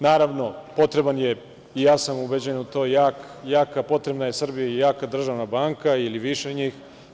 Naravno, potreban je, ubeđen sam u to, potrebna je Srbiji jaka državna banka, ili više njih.